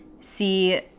see